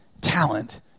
talent